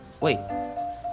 Wait